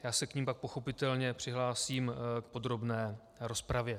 Já se k nim pak pochopitelně přihlásím v podrobné rozpravě.